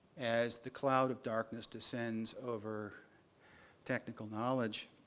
as the cloud of darkness descends over technical knowledge